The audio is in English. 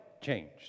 changed